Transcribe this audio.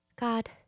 God